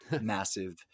massive